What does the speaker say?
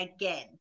again